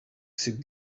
sit